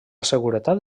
seguretat